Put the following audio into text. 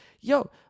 yo